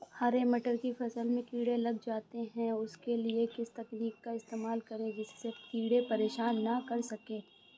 हरे मटर की फसल में कीड़े लग जाते हैं उसके लिए किस तकनीक का इस्तेमाल करें जिससे कीड़े परेशान ना कर सके?